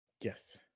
Yes